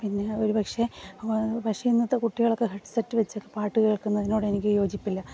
പിന്നെ ഒരു പക്ഷെ പക്ഷെ ഇന്നത്തെ കുട്ടികളൊക്കെ ഹെഡ്സെറ്റ് വച്ചൊക്കെ പാട്ട് കേൾക്കുന്നതിനോട് എനിക്ക് യോജിപ്പില്ല